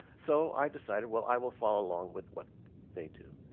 so i decided well i will follow along with what they do.